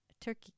Turkey